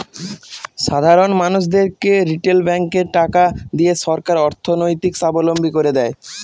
সাধারন মানুষদেরকে রিটেল ব্যাঙ্কে টাকা দিয়ে সরকার অর্থনৈতিক সাবলম্বী করে দেয়